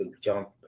jump